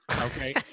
Okay